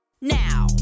now